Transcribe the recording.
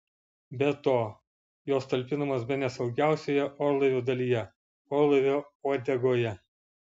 be to jos talpinamos bene saugiausioje orlaivio dalyje orlaivio uodegoje